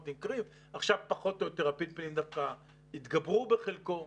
עכשיו פחות או יותר על נושא הפלפלים דווקא התגברו בחלקו.